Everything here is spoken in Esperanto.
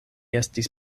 estis